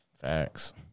Facts